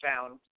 found